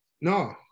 No